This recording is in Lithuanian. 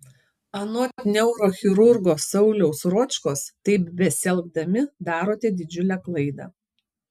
anot neurochirurgo sauliaus ročkos taip besielgdami darote didžiulę klaidą